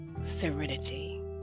serenity